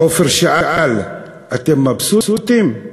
עופר שאל, אתם מבסוטים?